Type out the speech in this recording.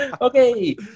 Okay